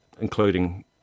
including